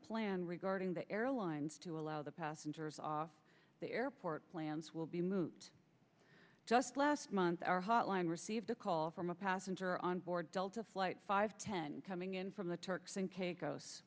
plan regarding the airlines to allow the passengers off the airport plans will be moot just last month our hotline received a call from a passenger onboard delta flight five ten coming in from the turks and